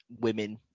women